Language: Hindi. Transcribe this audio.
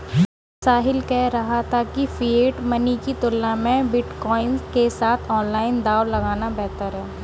साहिल कह रहा था कि फिएट मनी की तुलना में बिटकॉइन के साथ ऑनलाइन दांव लगाना बेहतर हैं